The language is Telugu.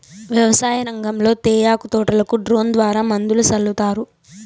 వ్యవసాయ రంగంలో తేయాకు తోటలకు డ్రోన్ ద్వారా మందులు సల్లుతారు